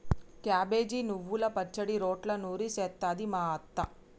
cabbage నువ్వల పచ్చడి రోట్లో నూరి చేస్తది మా అత్త